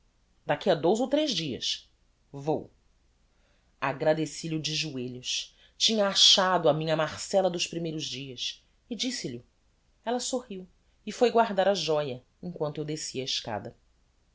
daqui a dous ou tres dias vou agradeci lho de joelhos tinha achado a minha marcella dos primeiros dias e disse-lh'o ella sorriu e foi guardar a joia emquanto eu descia a escada